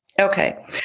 Okay